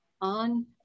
on